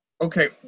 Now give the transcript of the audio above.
okay